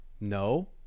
No